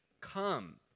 come